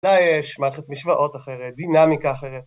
לה יש, מערכת משוואות אחרת, דינמיקה אחרת